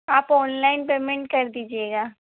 आप online payment कर दीजिएगा